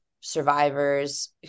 survivors